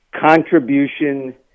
contribution